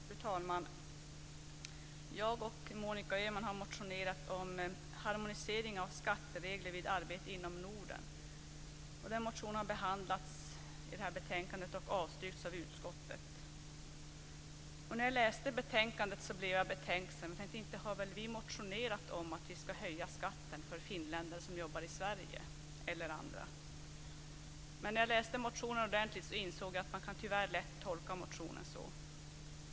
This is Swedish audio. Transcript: Fru talman! Jag och Monica Öhman har motionerat om en harmonisering av skatteregler vid arbete inom Norden. Den motionen har behandlats i det här betänkandet och avstyrkts av utskottet. När jag läste betänkandet blev jag betänksam. Inte hade väl vi motionerat om att vi ska höja skatten för finländare som jobbar i Sverige eller andra. Men när jag läste motionen ordentligt insåg jag att man kan tyvärr lätt kan tolka den så.